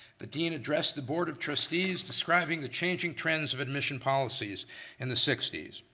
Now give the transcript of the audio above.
the dean addressed the board of trustees describing the changing trends of admission policies in the sixty s.